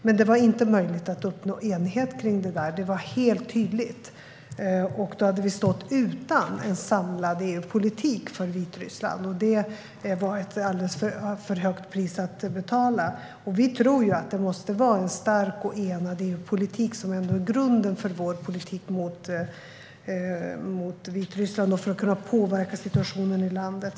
Men det var helt tydligt att det inte var möjligt att uppnå enighet kring detta, och då hade vi stått utan en samlad EU-politik för Vitryssland. Det var ett alltför högt pris att betala. Vi tror att det måste vara en stark och enad EU-politik som är grunden för vår politik mot Vitryssland, för att vi ska kunna påverka situationen i landet.